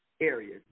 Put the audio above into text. areas